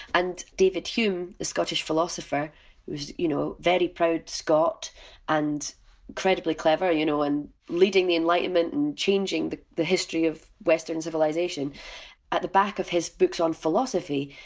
and david hume the scottish philosopher, who was a you know very proud scot and incredibly clever you know and leading the enlightenment and changing the the history of western civilisation at the back of his books on philosophy,